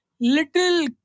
little